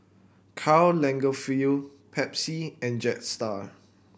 Karl Lagerfeld Pepsi and Jetstar